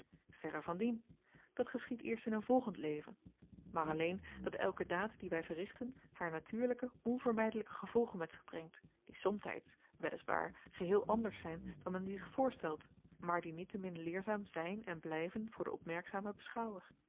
verre van dien dat geschiedt eerst in een volgend leven maar alleen dat elke daad die wij verrichten haar natuurlijke onvermijdelijke gevolgen met zich brengt die somtijds wel is waar geheel anders zijn dan men die zich voorstelt maar die niet-te-min leerzaam zijn en blijven voor den opmerkzamen beschouwer